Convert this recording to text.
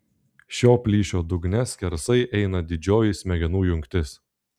šio plyšio dugne skersai eina didžioji smegenų jungtis